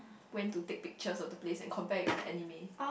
went to take pictures of the place and compare it with the anime